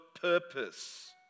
purpose